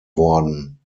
worden